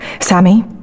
Sammy